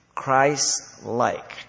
Christ-like